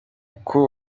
uko